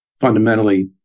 fundamentally